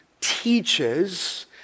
teaches